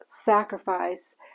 sacrifice